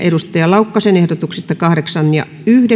samansisältöisistä ehdotuksista kahdeksan